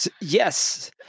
Yes